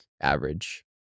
average